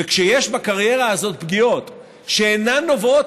וכשיש בקריירה הזאת פגיעות שאינן נובעות